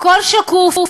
הכול שקוף,